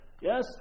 Yes